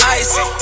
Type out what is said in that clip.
icy